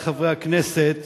עברה בקריאה טרומית